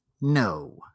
No